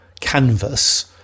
canvas